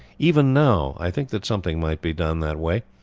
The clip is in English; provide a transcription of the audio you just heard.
even now, i think that something might be done that way,